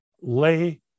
lay